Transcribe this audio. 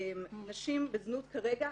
נשים בזנות כרגע,